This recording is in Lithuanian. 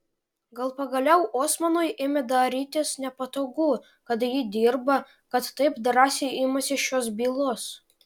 gal pagaliau osmanui ėmė darytis nepatogu kad ji dirba kad taip drąsiai imasi šios bylos